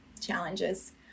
challenges